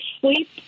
sleep